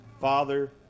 Father